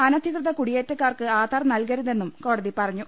അനധികൃത കുടിയേറ്റക്കാർക്ക് ആധാർ നൽകരുതെന്നും കോടതി പറഞ്ഞു